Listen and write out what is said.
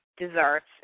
desserts